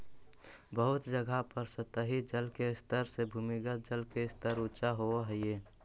बहुत जगह पर सतही जल के स्तर से भूमिगत जल के स्तर ऊँचा होवऽ हई